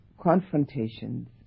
confrontations